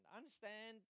understand